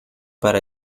para